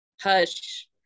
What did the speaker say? hush